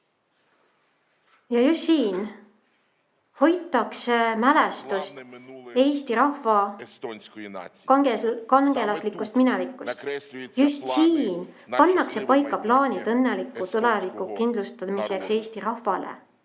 Just siin hoitakse mälestust Eesti rahva kangelaslikust minevikust, just siin pannakse paika plaanid õnneliku tuleviku kindlustamiseks Eesti rahvale.